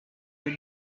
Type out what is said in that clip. your